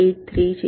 83 છે